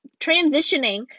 transitioning